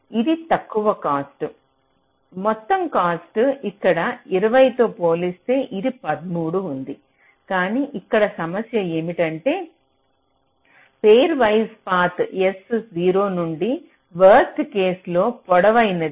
ఇది తక్కువ కాస్ట్ మొత్తం కాస్ట్ ఇక్కడ 20 తో పోలిస్తే ఇది 13 ఉంది కానీ ఇక్కడ సమస్య ఏమిటంటే పేర్ వైజ్ పాత్ S0 నుండి వరస్ట్ కేస్ లో పొడవైనది